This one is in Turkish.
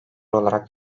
olarak